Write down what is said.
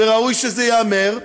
וראוי שזה ייאמר,